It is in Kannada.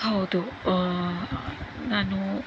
ಹೌದು ನಾನು